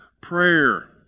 prayer